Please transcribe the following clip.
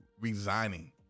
resigning